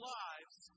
lives